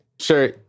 Sure